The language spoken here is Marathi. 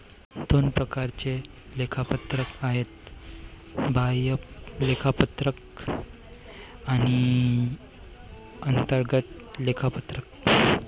दोन प्रकारचे लेखापरीक्षक आहेत, बाह्य लेखापरीक्षक आणि अंतर्गत लेखापरीक्षक